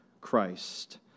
Christ